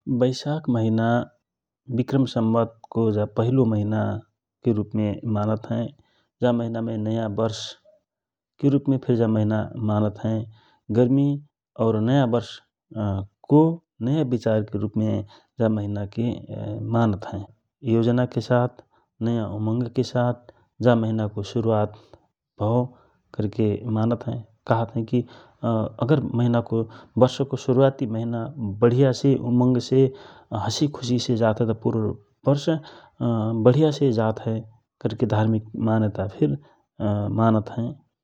बैशाख महिनाना विक्रम संवत् को ज पहल महिना के रूप में मानत हए । ज महीना में नया वर्ष के रूप में फिर जा महिना मानत हए, गर्मी और नयाँ बर्ष को नए विचार के रूप में ज महिना के मान हए योजना के साथ नयाँ उमंग के साथ ज महिना की शुरुआत भव करके मानत हए कहत हए कि अगर महिना को बर्ष को शुरुआती महीना बढिया सृ उमंग से हाँसि खुशी से जतहए त तो पूरो वर्ष बढ़िया से जाता हए करके धार्मिक मान्यता फिर मानत हए।